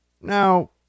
Now